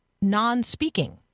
non-speaking